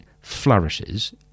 flourishes